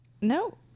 no